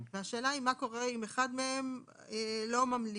השאלה היא מה קורה אם אחד מהם לא ממליץ.